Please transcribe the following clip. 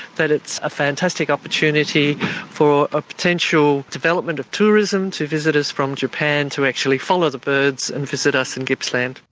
that it's a fantastic opportunity for a potential development of tourism to visit us from japan to actually follow the birds and visit us in gippsland.